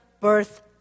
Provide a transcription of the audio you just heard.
birth